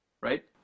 right